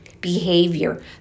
behavior